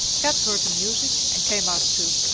kat heard the music and came out too.